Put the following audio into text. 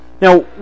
Now